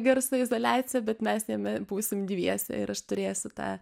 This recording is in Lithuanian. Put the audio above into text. garso izoliacija bet mes jame būsim dviese ir aš turėsiu tą